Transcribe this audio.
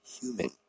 human